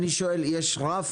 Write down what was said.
אתה אומר שיש רף,